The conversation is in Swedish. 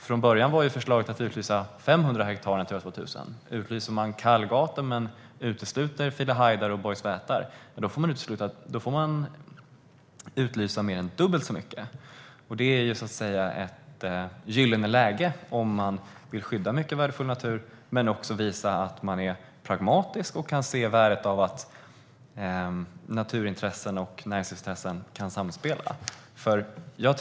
Från början innebar förslaget att man utlyser 500 hektar till Natura 2000. Om man utlyser Kallgate men utesluter Filehajdar och Bojsvätar får man utlysa mer än dubbelt så mycket. Det här är ett gyllene läge om man vill skydda mycket värdefull natur men samtidigt visa att man är pragmatisk och kan se värdet i att naturintressen och näringsintressen kan samspela.